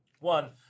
One